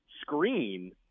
screen